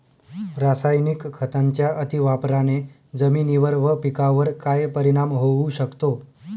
रासायनिक खतांच्या अतिवापराने जमिनीवर व पिकावर काय परिणाम होऊ शकतो?